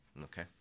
Okay